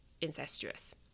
incestuous